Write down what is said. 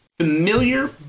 familiar